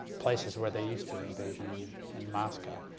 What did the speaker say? places where they used to, in beijing and and moscow.